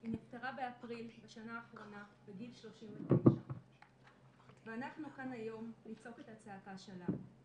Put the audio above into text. היא נפטרה באפריל בשנה האחרונה בגיל 39. ואנחנו כאן היום לצעוק את הצעקה שלה.